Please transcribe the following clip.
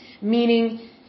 meaning